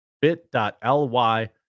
Bit.ly